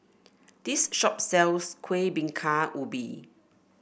this shop sells Kuih Bingka Ubi